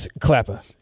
Clapper